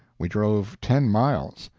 we drove ten miles,